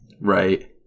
Right